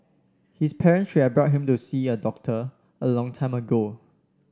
his parents should have brought him to see a doctor a long time ago